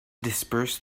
disperse